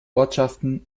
ortschaften